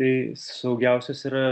tai saugiausios yra